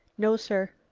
no, sir.